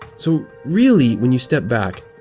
so really, when you step back,